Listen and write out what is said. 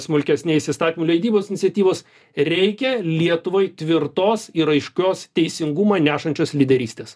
smulkesniais įstatymų leidybos iniciatyvos reikia lietuvai tvirtos ir aiškios teisingumą nešančios lyderystės